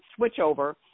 switchover